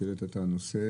שהעלית את הנושא,